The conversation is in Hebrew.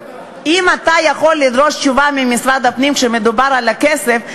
אם אתה יכול לדרוש תשובה ממשרד הפנים כשמדובר על כסף,